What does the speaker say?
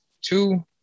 two